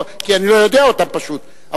כי אני לא יודע אותם פשוט,